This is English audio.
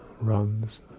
runs